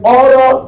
order